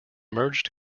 merged